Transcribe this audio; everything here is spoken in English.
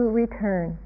return